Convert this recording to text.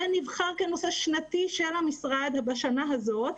ונבחר כנושא שנתי של המשרד בשנה הזאת,